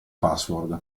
password